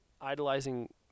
idolizing